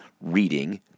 reading